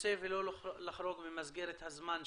הנושא ולא לחרוג ממסגרת הזמן שנקבעה.